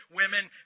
women